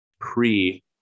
pre